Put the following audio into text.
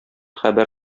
хәбәр